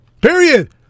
Period